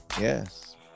yes